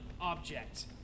object